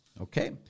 okay